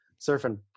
surfing